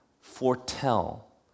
foretell